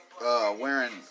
wearing